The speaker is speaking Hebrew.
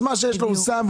אז מה שיש לו הוא שם,